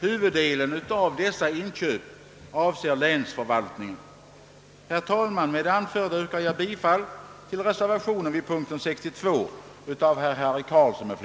Huvuddelen av dessa inköp avser länsförvaltningen. Herr talman! Med det anförda yrkar jag bifall till reservation 2 vid punkten 62 av herr Harry Carlsson m. fl,